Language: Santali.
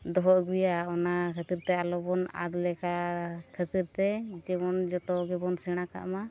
ᱫᱚᱦᱚ ᱟᱹᱜᱩᱭᱟ ᱚᱱᱟ ᱠᱷᱟᱹᱛᱤᱨᱛᱮ ᱟᱞᱚᱵᱚᱱ ᱟᱫ ᱞᱮᱠᱟ ᱠᱷᱟᱹᱛᱤᱨ ᱛᱮ ᱡᱮᱢᱚᱱ ᱡᱚᱛᱚ ᱜᱮᱵᱚᱱ ᱥᱮᱲᱟ ᱠᱟᱜ ᱢᱟ